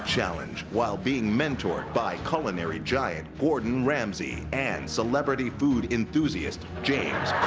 challenge while being mentored by culinary giant gordon ramsay and celebrity food enthusiast james